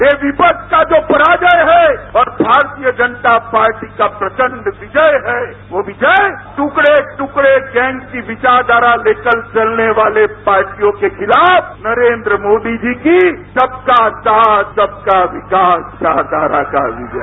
bite यह विपक्ष का जो पराजय है और भारतीय जनता पार्टी का प्रचंड विजय है वह विजय ट्कड़ा ट्कड़ा गैंग की विचास्वारा को लेकर चलने वाली पार्टियों के खिलाफ नरेन्द्र मोदी जी की सबका साथ सबका विकास चाहता था यह विजय